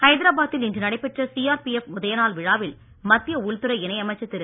ஹைதராபாத்தில் இன்று நடைபெற்ற சிஆர்பிஎப் உதய நாள் விழாவில் மத்திய உள்துறை இணை அமைச்சர் திரு